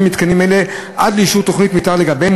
במתקנים אלה עד לאישור תוכניות מתאר לגביהם.